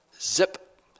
Zip